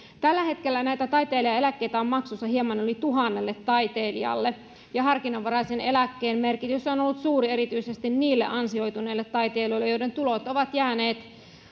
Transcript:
tällä hetkellä näitä taiteilijaeläkkeitä on maksussa hieman yli tuhannelle taiteilijalle ja harkinnanvaraisen eläkkeen merkitys on ollut suuri erityisesti niille ansioituneille taiteilijoille joiden tulot ovat jääneet